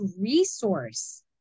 resource